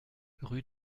rue